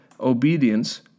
obedience